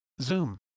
Zoom